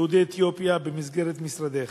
יהודי אתיופיה, במסגרת משרדך,